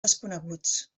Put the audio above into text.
desconeguts